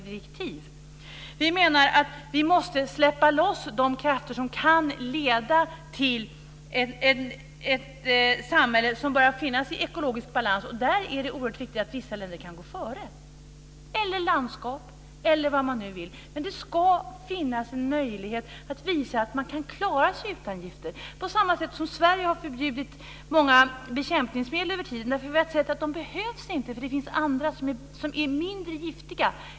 Miljöpartiet menar att vi måste släppa loss de krafter som kan leda till ett samhälle i ekologisk balans. Där är det oerhört viktigt att vissa länder eller landskap - eller vad det nu kan vara - kan gå före. Det ska finnas en möjlighet att visa att man kan klara sig utan gifter - på samma sätt som Sverige över tiden förbjudit många bekämpningsmedel därför att vi har sett att de inte behövs och att det finns andra medel som är mindre giftiga.